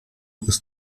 ist